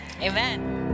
Amen